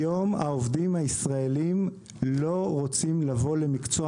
היום העובדים הישראלים לא רוצים לבוא למקצוע